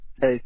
Hey